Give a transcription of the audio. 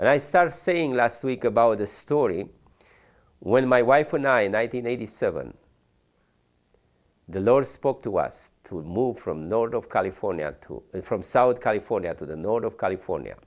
and i started saying last week about the story when my wife and i nine hundred eighty seven the lord spoke to us to move from north of california to from south california